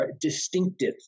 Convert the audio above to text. distinctive